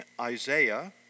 Isaiah